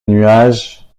nuages